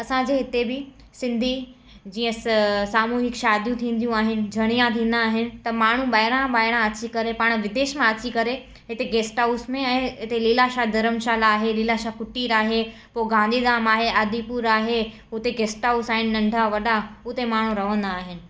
असांजे हिते बि सिंधी जीअं स सामूहिक शादियूं थींदियूं आहिनि जणियां थींदा आहिनि त माण्हू ॿाहिरां ॿाहिरां अची करे पाण विदेश मां अची करे हिते गेस्ट हाउस में ऐं इते लीलाशाह धर्मशाला आहे लीलाशाह कुटीर आहे पोइ गांधीधाम आहे आदिपुर आहे हुते गेस्ट हाउस आहिनि नंढा वॾा उते माण्हू रहंदा आहिनि